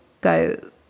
go